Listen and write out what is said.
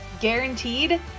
guaranteed